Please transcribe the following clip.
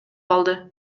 алды